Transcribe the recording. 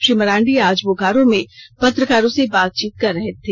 श्री मरांडी आज बोकारो में पत्रकारों से बातचीत कर रहे थे